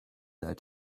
their